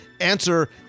answer